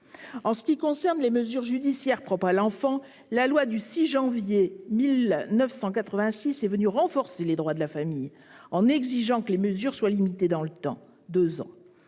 En ce qui concerne les mesures judiciaires propres à l'enfant, la loi du 6 janvier 1986 est venue renforcer les droits de la famille, en exigeant que les mesures soient limitées dans le temps,